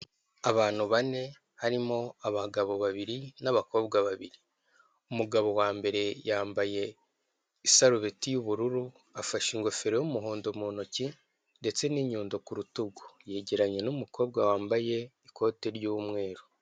Abantu bane harimo abagabo babiri n'abakobwa babiri. Umugabo wa mbere yambaye isurubeti y'ubururu, afashe ingofero y'umuhondo mu ntoki ndetse n'inyundo ku rutugu. Yegeranye n'umukobwa wambaye ikoti ry'umweru.